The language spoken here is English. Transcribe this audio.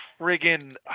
friggin